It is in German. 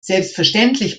selbstverständlich